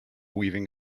weaving